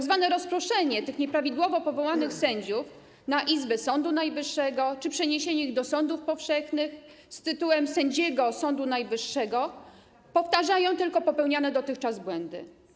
Tzw. rozproszenie tych nieprawidłowo powołanych sędziów na izby Sądu Najwyższego czy przeniesienie ich do sądów powszechnych z tytułem sędziego Sądu Najwyższego powtarzają tylko popełniane dotychczas błędy.